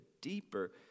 deeper